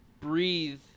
breathe